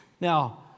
Now